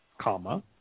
comma